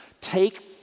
Take